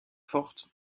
fortes